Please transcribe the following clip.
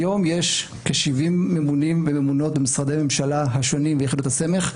היום יש כ-70 ממונים וממונות במשרדי ממשלה השונים ויחידות הסמך.